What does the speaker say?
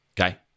Okay